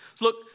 Look